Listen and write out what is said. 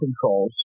controls